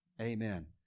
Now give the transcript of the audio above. Amen